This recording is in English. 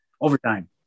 overtime